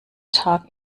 tag